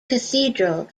cathedral